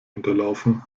unterlaufen